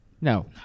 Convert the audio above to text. no